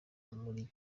muri